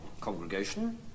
congregation